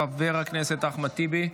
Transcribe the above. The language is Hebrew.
חבר הכנסת אחמד טיבי,